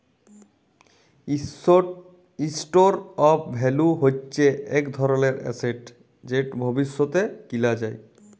store of value হচ্যে ইক ধরলের এসেট যেট ভবিষ্যতে কিলা যায়